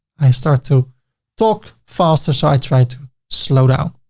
i start to talk faster. so i try to slow down.